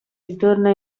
ritorna